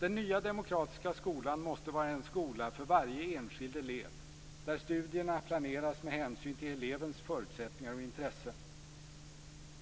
Den nya demokratiska skolan måste vara en skola för varje enskild elev där studierna planeras med hänsyn till elevens förutsättningar och intressen.